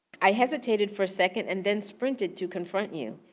i hesitated for a second and then sprinted to confront you.